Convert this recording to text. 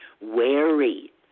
wary